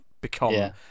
become